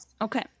Okay